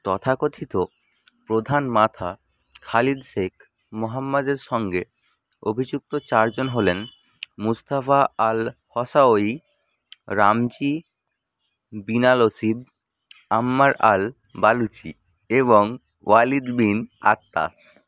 তথাকথিত প্রধান মাথা খালিদ শেখ মোহাম্মদের সঙ্গে অভিযুক্ত চারজন হলেন Mustafa al Hawsawi Ramzi Binalshibh Ammar al Baluchi এবং ওয়ালিদ বিন আত্তাশ